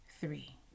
three